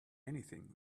anything